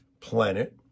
planet